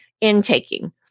intaking